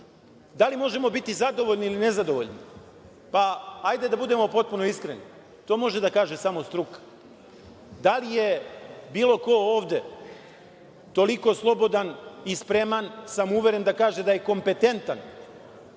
Da li možemo biti zadovoljni ili nezadovoljni? Hajde da budemo potpuno iskreni. To može da kaže samo struka. Da li je bilo ko ovde toliko slobodan i spreman, samouveren da kaže da je kompetentan